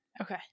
okay